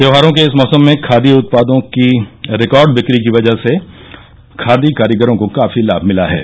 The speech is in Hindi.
त्योहारों के इस मौसम में खादी उत्पादों की रिकॉर्ड बिक्री की वजह से खादी कारीगरों को काफी लाम मिला है